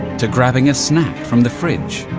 to grabbing a snack from the fridge?